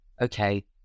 Okay